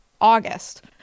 August